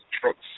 trucks